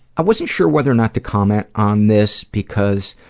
i wasn't sure whether or not to comment on this, because,